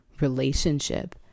relationship